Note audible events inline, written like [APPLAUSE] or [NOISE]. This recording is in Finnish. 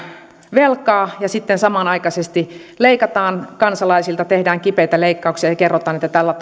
velkaa ja sitten samanaikaisesti leikataan kansalaisilta tehdään kipeitä leikkauksia ja kerrotaan että tällä [UNINTELLIGIBLE]